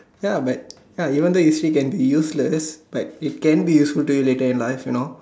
ya but ya even though you said can be useless but it can be useful to you later in life you know